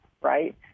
right